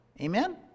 Amen